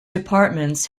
departments